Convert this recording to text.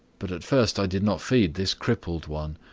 but at first i did not feed this crippled one.